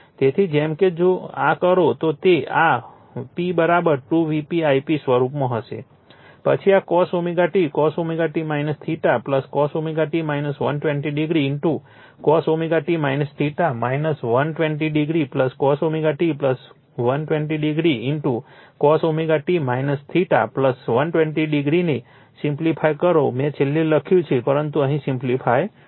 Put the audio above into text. તેથી જેમ કે જો આ કરો તો તે આ p 2 Vp Ip સ્વરૂપમાં હશે પછી આ cos t cos t cos t 120o cos t 120o cos t 120o cos t 120o ને સિમ્પ્લિફાઇ કરો મેં છેલ્લે લખ્યું છે પરંતુ આને સિમ્પ્લિફાઇ કરો